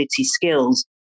skills